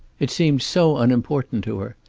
it seemed so unimportant to her.